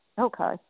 Okay